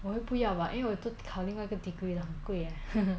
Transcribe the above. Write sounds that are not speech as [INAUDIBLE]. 我会不要吧因为我都考另外一个 degree liao 很贵耶 [LAUGHS]